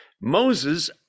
Moses